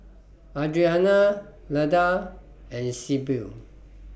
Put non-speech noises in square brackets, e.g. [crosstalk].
[noise] Adriana Leda and Sibyl